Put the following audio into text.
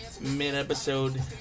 mid-episode